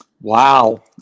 Wow